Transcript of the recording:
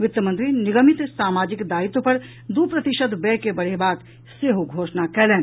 वित्तमंत्री निगमित सामाजिक दायत्वि पर दू प्रतिशत व्यय के बढ़ेबाक सेहो घोषणा कयलनि